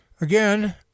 again